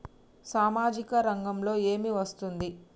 సామాజిక రంగంలో ఏమి వస్తుంది?